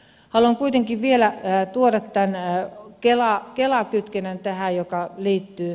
haluan kuitenkin vielä tuoda tämän kela kytkennän joka tähän liittyy